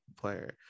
player